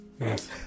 Yes